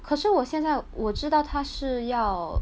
可是我现在我知道她是要